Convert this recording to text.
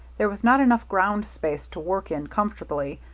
there was not enough ground space to work in comfortably,